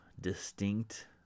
distinct